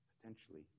potentially